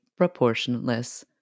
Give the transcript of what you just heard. proportionless